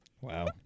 Wow